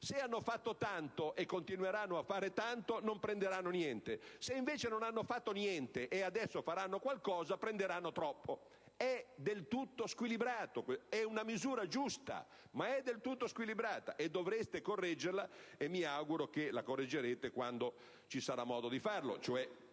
Se hanno fatto tanto e continueranno a fare tanto, non prenderanno niente; se invece non hanno fatto niente e adesso faranno qualcosa, prenderanno troppo. È una misura giusta, ma è del tutto squilibrata, e dovreste correggerla. Mi auguro che la correggerete quando ci sarà modo di farlo,